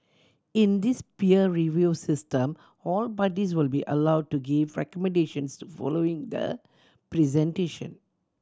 in this peer review system all parties will be allowed to give recommendations following the presentation